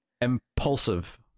Impulsive